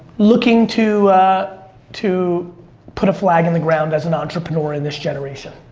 looking to to put a flag in the ground as an entrepreneur in this generation.